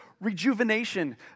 rejuvenation